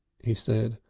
he said.